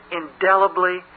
indelibly